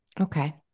Okay